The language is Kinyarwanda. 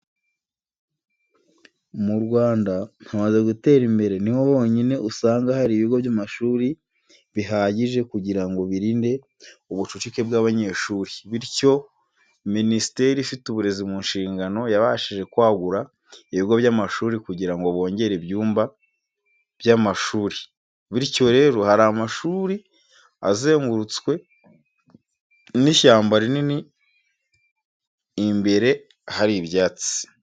Mu Rwanda hamaze gutera imbere ni ho honyine, usanga hari ibigo by'amashuri bihagije kugira ngo birinde ubucucike bw'abanyeshuri, bityo Minisiteri ifite uburezi mu nshingano yabashije kwagura ibigo by'amashuri kugirra ngo bongere ibyumba by'amashuri, bityo rero hari amashuri azengurutswe n'ishyamba rinini, imbere hari ibyatsi.